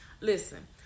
listen